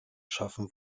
schaffen